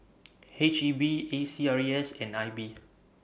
H E B A C R E S and I B